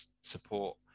support